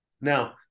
Now